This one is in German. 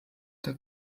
der